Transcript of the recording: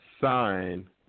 sign